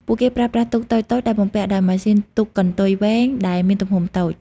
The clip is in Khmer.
ពួកគេប្រើប្រាស់ ទូកតូចៗ ដែលបំពាក់ដោយម៉ាស៊ីនទូកកន្ទុយវែងដែលមានទំហំតូច។